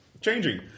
changing